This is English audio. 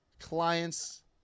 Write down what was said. clients